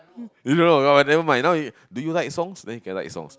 never mind now you do you like songs then you can like songs